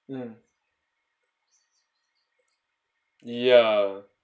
mm yeah